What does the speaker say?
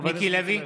חבר הכנסת לוי.